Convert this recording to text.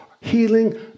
healing